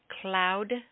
cloud